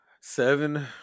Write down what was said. Seven